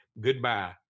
goodbye